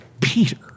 peter